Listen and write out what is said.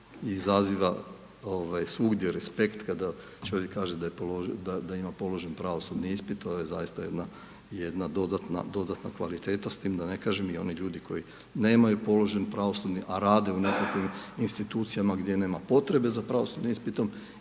izaziva svugdje respekt kada čovjek kaže da je položio, da ima položen pravosudni ispit, to je zaista jedna dodatna kvaliteta s time da ne kažem i oni ljudi koji nemaju položen pravosudni a rade u nekakvim institucijama gdje nema potrebe za pravosudnim ispitom